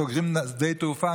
סוגרים שדה תעופה.